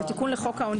זה תיקון לחוק העונשין.